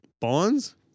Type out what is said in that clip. bonds